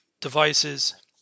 devices